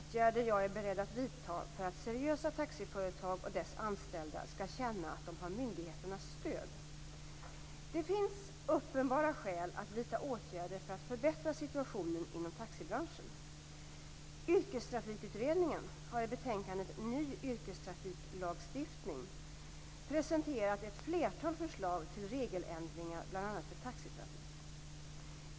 Fru talman! Sten Andersson har frågat vilka åtgärder jag är beredd att vidta för att seriösa taxiföretag och deras anställda skall känna att de har myndigheternas stöd. Det finns uppenbara skäl att vidta åtgärder för att förbättra situationen inom taxibranschen. Yrkestrafikutredningen har i betänkandet Ny yrkestrafiklagstiftning presenterat ett flertal förslag till regeländringar bl.a. för taxitrafik.